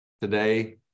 Today